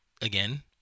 again